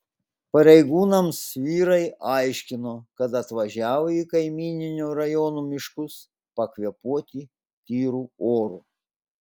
pareigūnams vyrai aiškino kad atvažiavo į kaimyninio rajono miškus pakvėpuoti tyru oru